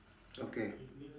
okay